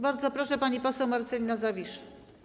Bardzo proszę, pani poseł Marcelina Zawisza.